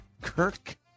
Kirk